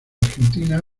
argentina